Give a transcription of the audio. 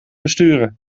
besturen